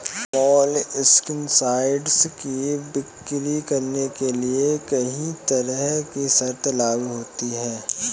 molluscicides की बिक्री करने के लिए कहीं तरह की शर्तें लागू होती है